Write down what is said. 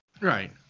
Right